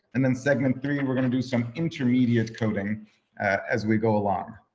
and then segment three, and we're gonna do some intermediate coding as we go along.